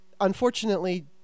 unfortunately